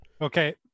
Okay